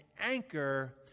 anchor